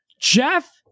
jeff